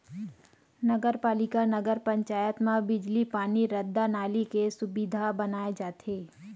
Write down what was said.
नगर पालिका, नगर पंचायत म बिजली, पानी, रद्दा, नाली के सुबिधा बनाए जाथे